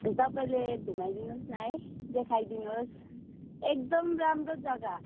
तपाईँले घुमाइदिनु होस् न है देखाइदिनु होस् एकदम राम्रो जगा